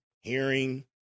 hearing